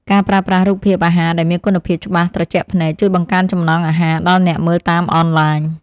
ការប្រើប្រាស់រូបភាពអាហារដែលមានគុណភាពច្បាស់ត្រជាក់ភ្នែក ជួយបង្កើនចំណង់អាហារដល់អ្នកមើលតាមអនឡាញ។